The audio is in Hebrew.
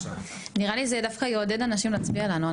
נראה לי שזה דווקא יעודד אנשים להצביע לנו.